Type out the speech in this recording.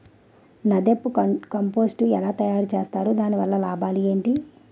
NADEP compost ఎలా తయారు చేస్తారు? దాని వల్ల లాభాలు ఏంటి?